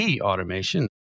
automation